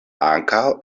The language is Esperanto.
ankaŭ